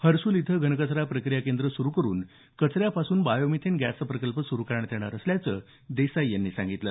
हर्सुल इथं घनकचरा प्रक्रिया केंद्र सुरू करुन कचऱ्यापासून बायोमिथेन गॅसचा प्रकल्प सुरु करण्यात येणार असल्याचं देसाई यांनी सांगितलं